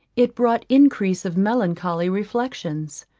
it brought increase of melancholy reflections.